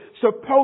supposed